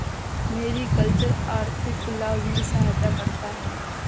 mariculture आर्थिक लाभ में सहायता करता है